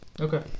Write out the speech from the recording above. Okay